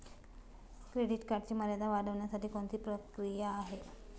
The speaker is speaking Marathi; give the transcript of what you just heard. क्रेडिट कार्डची मर्यादा वाढवण्यासाठी कोणती प्रक्रिया आहे?